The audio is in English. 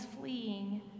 fleeing